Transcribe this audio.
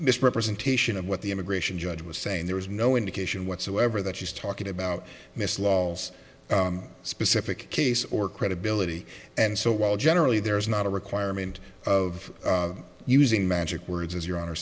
misrepresentation of what the immigration judge was saying there is no indication whatsoever that she's talking about this lawless specific case or credibility and so while generally there is not a requirement of using magic words as your hon